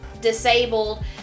disabled